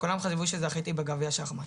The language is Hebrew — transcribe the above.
כולם חשבו שזכיתי בגביע שח מט,